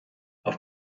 auf